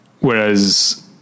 Whereas